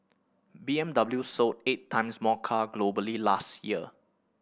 B M W sold eight times more car globally last year